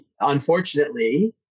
unfortunately